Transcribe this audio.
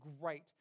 great